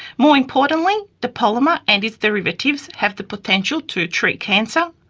more importantly the polymer and its derivatives have the potential to treat cancer,